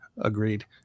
agreed